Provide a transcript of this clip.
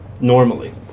normally